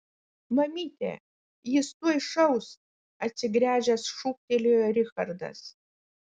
mamyte jis tuoj šaus atsigręžęs šūktelėjo richardas